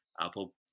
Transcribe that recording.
apple